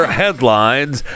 headlines